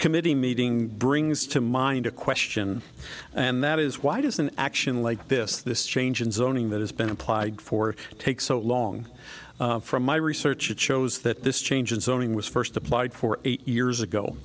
committee meeting brings to mind a question and that is why does an action like this this change in zoning that has been applied for take so long from my research it shows that this change in zoning was first applied for eight years ago